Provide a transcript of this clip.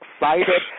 excited